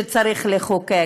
שצריך לחוקק.